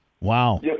wow